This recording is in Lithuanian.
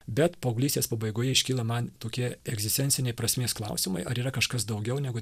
bet paauglystės pabaigoje iškyla man tokie egzistenciniai prasmės klausimai ar yra kažkas daugiau negu